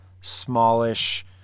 smallish